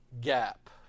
gap